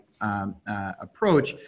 approach